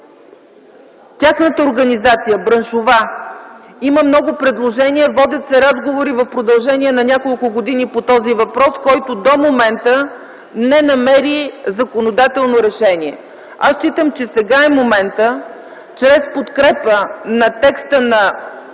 Тяхната браншова организация има много предложения, водят се разговори в продължение на няколко години по този въпрос, който до момента не намери законодателно решение. Аз считам, че сега е моментът чрез подкрепа на текста на народния